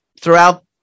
throughout